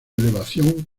elevación